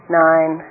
nine